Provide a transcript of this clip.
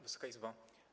Wysoka Izbo!